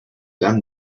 done